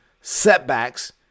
setbacks